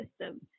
system